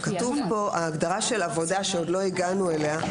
יש את ההגדרה של עבודה שעוד לא הגענו אליה.